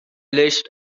list